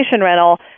rental